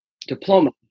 diploma